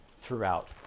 throughout